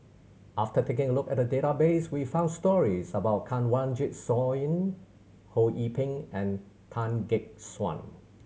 after taking a look at the database we found stories about Kanwaljit Soin Ho Yee Ping and Tan Gek Suan